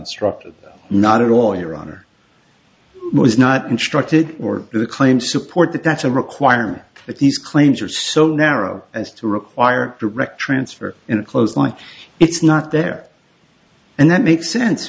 instructed not at all your honor was not instructed or the claim support that that's a requirement that these claims are so narrow as to require direct transfer in a close like it's not there and that makes sense